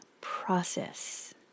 process